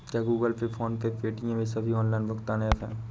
क्या Google Pay PhonePe Paytm ये सभी ऑनलाइन भुगतान ऐप हैं?